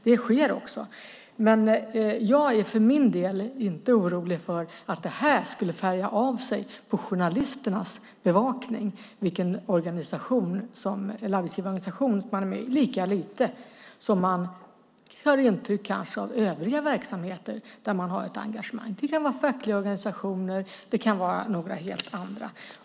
Det sker också, men jag är för min del inte orolig för att valet av arbetsgivarorganisation skulle färga av sig på journalisternas bevakning vilken man är med i, lika lite som man tar intryck av övriga verksamheter där man har ett engagemang. Det kan vara fackliga organisationer eller helt andra.